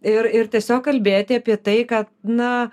ir ir tiesiog kalbėti apie tai kad na